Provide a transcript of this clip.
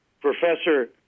professor